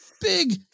big